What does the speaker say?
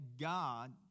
God